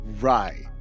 Right